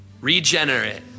regenerate